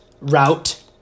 route